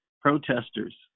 protesters